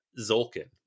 zolkin